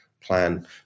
plan